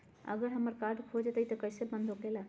अगर हमर कार्ड खो जाई त इ कईसे बंद होकेला?